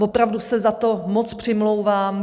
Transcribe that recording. Opravdu se za to moc přimlouvám.